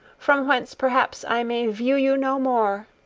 from whence perhaps i may view you no more